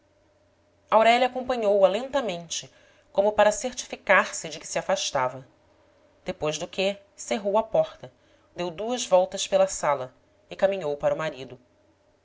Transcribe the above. despediu-se aurélia acompanhou-a lentamente como para certificar-se de que se afastava depois do que cerrou a porta deu duas voltas pela sala e caminhou para o marido